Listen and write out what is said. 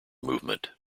movement